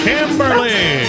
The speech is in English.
Kimberly